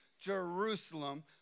Jerusalem